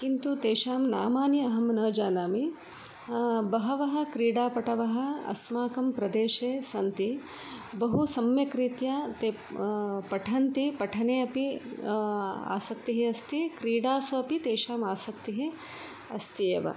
किन्तु तेषां नामानि अहं न जानामि बहवः क्रीडापटवः अस्माकं प्रदेशे सन्ति बहु सम्यक्रीत्या ते पठन्ति पठने अपि आसक्तिः अस्ति क्रीडासु अपि तेषाम् आसक्तिः अस्ति एव